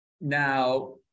Now